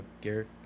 Garrett